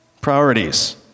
Priorities